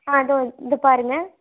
ஆ இதோ இதை பாருங்கள்